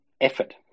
effort